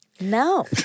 No